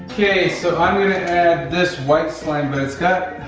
okay, so, i'm going to add this white slime. but, it's got